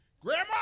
Grandma